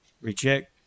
reject